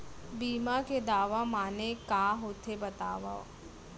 बीमा के दावा माने का होथे बतावव?